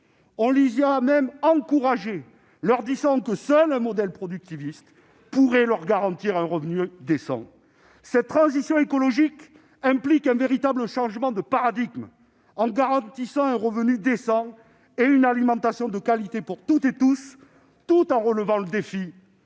on les y a même encouragés, en leur disant que seul un modèle productiviste pourrait leur garantir un revenu décent. Cette transition écologique implique un véritable changement de paradigme, en garantissant un revenu décent et une alimentation de qualité pour toutes et tous, tout en relevant le défi